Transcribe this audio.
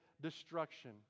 destruction